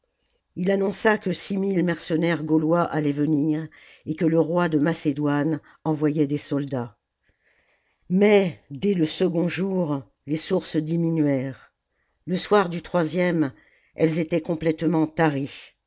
ii annonça que six mille mercenaires gaulois allaient venir et que le roi de macédoine envoyait des soldats mais dès le second jour les sources diminuèrent le soir du troisième elles étaient complètement taries